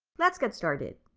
let's get started,